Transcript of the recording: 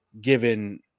given